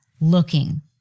looking